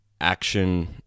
action